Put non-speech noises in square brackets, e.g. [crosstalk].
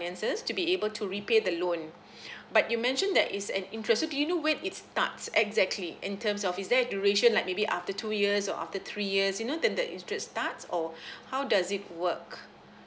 to be able to repay the loan [breath] but you mentioned there is an interest so do you know when it starts exactly in terms of is there a duration like maybe after two years or after three years you know then the interest starts or [breath] how does it work